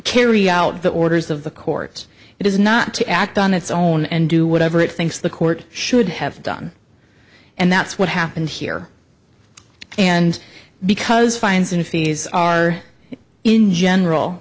carry out the orders of the court it is not to act on its own and do whatever it thinks the court should have done and that's what happened here and because fines and fees are in general